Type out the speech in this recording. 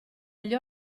agli